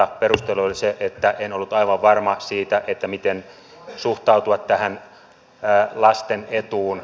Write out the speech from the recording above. perustelu oli se että en ollut aivan varma siitä miten suhtautua tähän lasten etuun